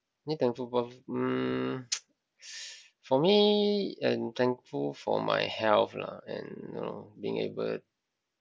me thankful for mm for me I'm thankful for my health lah and you know being able